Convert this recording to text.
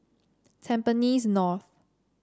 Tampines North